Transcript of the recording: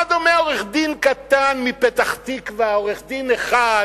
מה דומה עורך-דין קטן מפתח-תקווה, עורך-דין אחד,